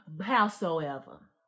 howsoever